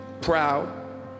proud